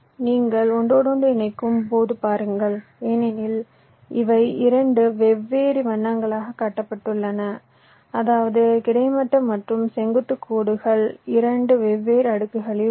நீங்கள் ஒன்றோடொன்று இணைக்கும்போது பாருங்கள் ஏனெனில் இவை இரண்டு வெவ்வேறு வண்ணங்களாகக் காட்டப்படுகின்றன அதாவது கிடைமட்ட மற்றும் செங்குத்து கோடுகள் இரண்டு வெவ்வேறு அடுக்குகளில் உள்ளன